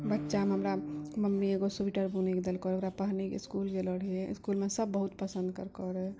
बच्चामे हमरा मम्मी एगो स्वेटर बुनिकऽ देलकै ओकरा पहिनके इसकुलो गेलौ रहियै इसकुलमे सभ बहुत पसन्द कर करै